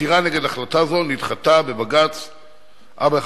עתירה נגד החלטה זו נדחתה בבג"ץ 4169/10,